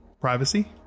privacy